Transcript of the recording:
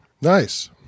Nice